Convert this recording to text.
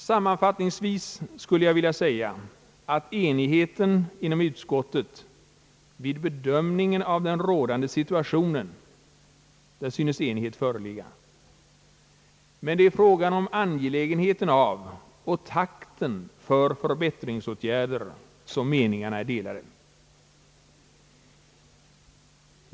Sammanfattningsvis vill jag säga, att cnighet inom utskottet vid bedömningen av den rådande situationen synas ha förelegat. Det är i fråga om angelägenheten av och takten för förbättringsåtgärder, som meningarna är delade.